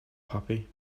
puppy